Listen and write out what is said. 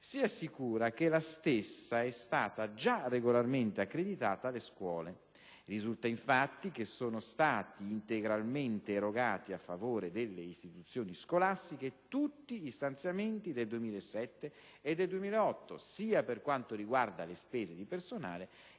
si assicura che la stessa è stata già regolarmente accreditata alle scuole. Risulta infatti che sono stati integralmente erogati a favore delle istituzioni scolastiche tutti gli stanziamenti del 2007 e del 2008, sia per quanto riguarda le spese di personale